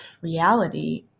reality